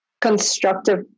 constructive